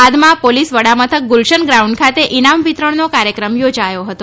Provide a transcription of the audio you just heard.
બાદમાં પોલિસ વડામથક ગુલશન ગ્રાઉન્ડ ખાતે ઇનામ વિતરણનો કાર્યક્રમ યોજાયો હતો